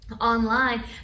online